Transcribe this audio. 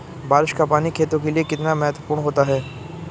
बारिश का पानी खेतों के लिये कितना महत्वपूर्ण होता है?